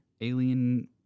Alien